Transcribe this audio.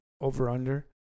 over-under